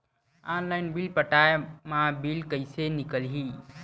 Online bill पटाय मा bill कइसे निकलही?